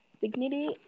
dignity